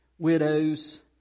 widows